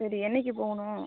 சரி என்றைக்கு போகணும்